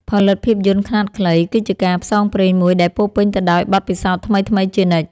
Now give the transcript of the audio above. ផលិតភាពយន្តខ្នាតខ្លីគឺជាការផ្សងព្រេងមួយដែលពោរពេញទៅដោយបទពិសោធន៍ថ្មីៗជានិច្ច។